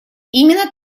именно